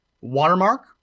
watermark